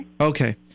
Okay